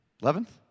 Eleventh